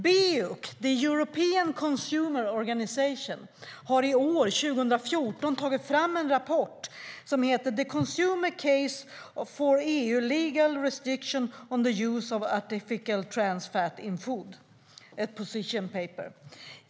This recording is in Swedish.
Beuc, The European Consumer Organisation, har i år tagit fram en rapport som heter The Consumer Case for EU Legal Restrictions on the Use of Artificial Trans-fats in Food . Det är ett position paper .